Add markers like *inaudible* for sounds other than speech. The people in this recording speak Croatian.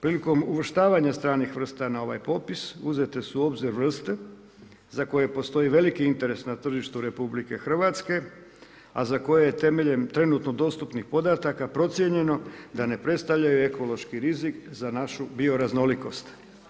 Prilikom uvrštavanja stranih vrsta na ovaj popis, uzete su … *unintelligible* vrste za koje postoji veliki interes na tržištu RH, a za koje je temeljem trenutno dostupnih podataka, procijenjeno da ne predstavljaju ekološki rizik za našu bio raznolikost.